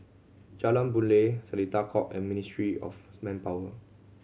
Jalan Boon Lay Seletar Court and Ministry of Manpower